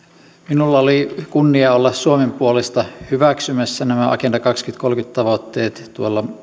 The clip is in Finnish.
minulla oli kunnia olla suomen puolesta hyväksymässä nämä agenda kaksituhattakolmekymmentä tavoitteet